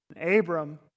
Abram